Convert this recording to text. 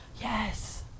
Yes